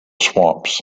swamps